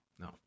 No